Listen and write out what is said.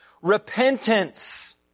Repentance